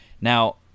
Now